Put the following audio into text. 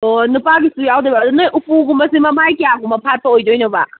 ꯑꯣ ꯅꯨꯄꯥꯒꯤꯁꯨ ꯌꯥꯎꯗꯣꯏꯕ ꯑꯗꯣ ꯅꯣꯏ ꯎꯄꯨꯒꯨꯝꯕꯁꯦ ꯃꯃꯥꯏ ꯀꯌꯥꯒꯨꯝꯕ ꯐꯥꯠꯄ ꯑꯣꯏꯗꯣꯏꯅꯣꯕ